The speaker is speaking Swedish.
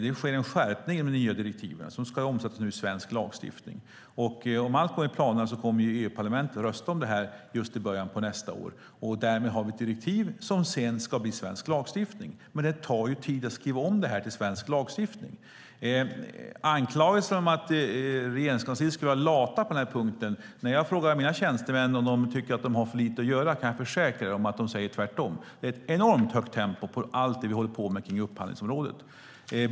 Det sker en skärpning i de nya direktiven som ska omsättas i svensk lagstiftning. Om allt går enligt planerna kommer EU-parlamentet att rösta om det här i början av nästa år, och därmed har vi ett direktiv som sedan ska bli svensk lagstiftning. Det tar dock tid att skriva om det till svensk lagstiftning. När det gäller anklagelsen om att Regeringskansliet skulle vara lata på den punkten kan jag försäkra att mina tjänstemän när jag frågar dem om de har för lite att göra säger: Tvärtom. Det är ett enormt högt tempo på allt det vi håller på med inom upphandlingsområdet.